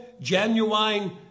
genuine